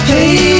Hey